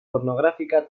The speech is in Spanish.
pornográfica